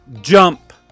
jump